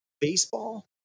baseball